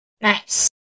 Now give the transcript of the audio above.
nice